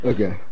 Okay